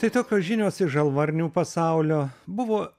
tai tokios žinios iš žalvarnių pasaulio buvo